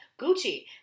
Gucci